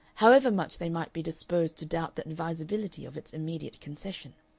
however much they might be disposed to doubt the advisability of its immediate concession.